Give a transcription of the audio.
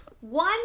One